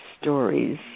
stories